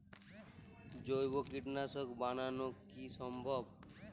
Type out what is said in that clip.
জৈব কীটনাশক বানানো কি সম্ভব?